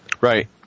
Right